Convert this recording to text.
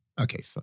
Okay